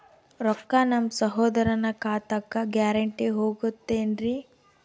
ರೊಕ್ಕ ನಮ್ಮಸಹೋದರನ ಖಾತಕ್ಕ ಗ್ಯಾರಂಟಿ ಹೊಗುತೇನ್ರಿ?